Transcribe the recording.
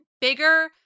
bigger